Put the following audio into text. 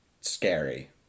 scary